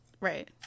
Right